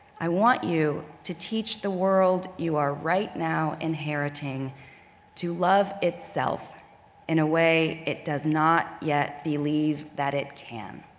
i want you to teach the world you are right now inheriting to love itself in a way it does not yet believe it can.